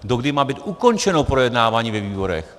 Dokdy má být ukončeno projednávání ve výborech!